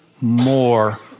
more